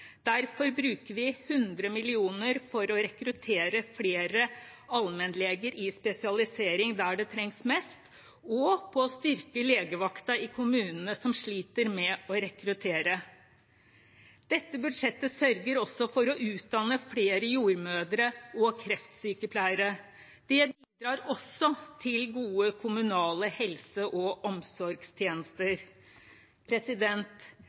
Derfor bruker vi 100 mill. kr til å rekruttere flere allmennleger i spesialisering der det trengs mest, og til å styrke legevakten i kommunene som sliter med å rekruttere. Dette budsjettet sørger for at det utdannes flere jordmødre og kreftsykepleiere. Det bidrar også til gode kommunale helse- og omsorgstjenester.